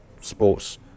sports